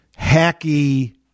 hacky